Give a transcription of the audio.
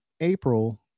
April